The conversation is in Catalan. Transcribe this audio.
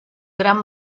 gran